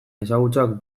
ezagutzak